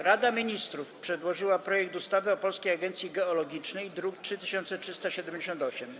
Rada Ministrów przedłożyła projekt ustawy o Polskiej Agencji Geologicznej, druk nr 3378.